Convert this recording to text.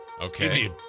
Okay